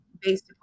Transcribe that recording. based